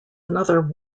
another